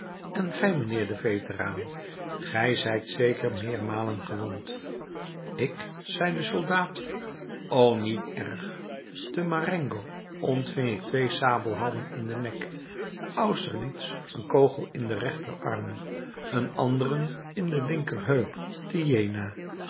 en gij mijnheer de veteraan ge zijt zeker meermalen gewond ik zei de soldaat o niet erg te marengo ontving ik twee sabelhouwen in den nek te austerlitz een kogel in den rechterarm een anderen in de linkerheup